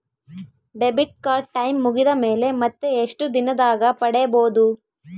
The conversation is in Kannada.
ಡೆಬಿಟ್ ಕಾರ್ಡ್ ಟೈಂ ಮುಗಿದ ಮೇಲೆ ಮತ್ತೆ ಎಷ್ಟು ದಿನದಾಗ ಪಡೇಬೋದು?